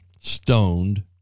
stoned